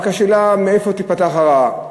השאלה היא רק מאיפה תיפתח הרעה.